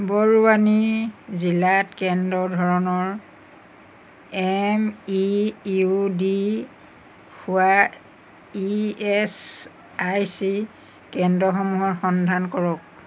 বৰুৱানী জিলাত কেন্দ্ৰ ধৰণৰ এম ই ইউ ডি হোৱা ই এছ আই চি কেন্দসমূহৰ সন্ধান কৰক